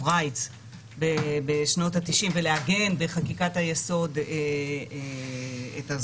Rights בשנות ה-90 ולעגן בחקיקת היסוד את הזכויות,